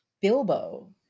Bilbo